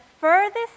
furthest